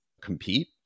compete